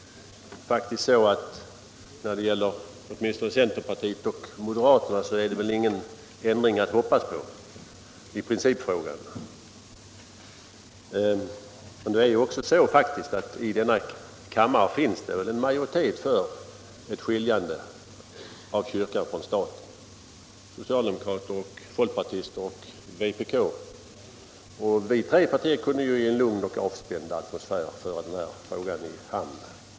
Åtminstone när det gäller centerpartiet och moderaterna är väl ingen ändring att hoppas på i principfrågan. Men i denna kammare finns det ju en majoritet för skiljande av kyrkan från staten — socialdemokrater, folkpartister och vpk. Dessa tre partier kunde ju i en lugn och avspänd atmosfär föra denna fråga i hamn. Herr talman!